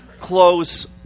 close